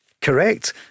Correct